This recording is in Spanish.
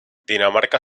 dinamarca